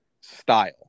style